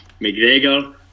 McGregor